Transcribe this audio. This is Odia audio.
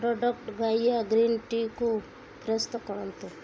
ପ୍ରଡ଼କ୍ଟ୍ ଗାଇଆ ଗ୍ରୀନ୍ ଟି କୁ ଫେରସ୍ତ କରନ୍ତୁ